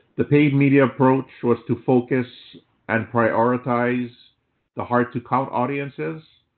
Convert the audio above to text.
the paid media approach was to focus and prioritize the hard to count audiences.